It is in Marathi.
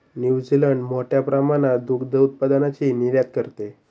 न्यूझीलंड मोठ्या प्रमाणात दुग्ध उत्पादनाची निर्यात करते